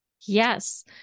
Yes